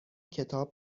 کتاب